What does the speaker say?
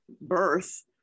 birth